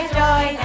joy